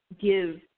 give